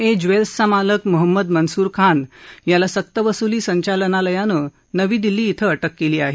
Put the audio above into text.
ए ज्वेल्सचा मालक महंमद मनसूर खान याला सक्तवसुली संचालनालयानं नवी दिल्ली इथं अटक केली आहे